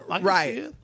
Right